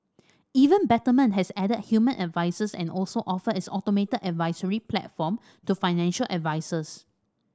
even Betterment has added human advisers and also offer its automated advisory platform to financial advisers